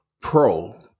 pro